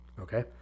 okay